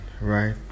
right